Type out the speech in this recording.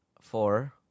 Four